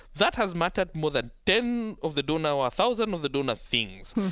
that has mattered more than ten of the donor or a thousand of the donor things,